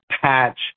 patch